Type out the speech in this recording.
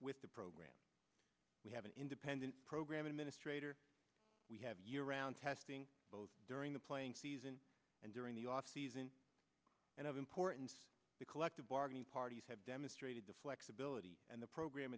with the program we have an independent program administrator we have year round testing both during the playing season and during the off season and of importance to collective bargaining parties have demonstrated the flexibility and the program